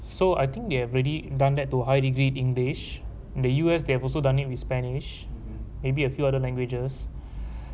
so I think they have already done that to high degree in english the U_S they have also done it with spanish maybe a few other languages